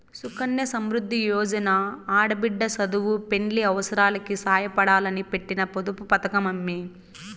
సుకన్య సమృద్ది యోజన ఆడబిడ్డ సదువు, పెండ్లి అవసారాలకి సాయపడాలని పెట్టిన పొదుపు పతకమమ్మీ